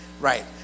Right